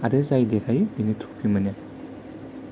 आरो जाय देरहायो बेनो थ्रफि मोनो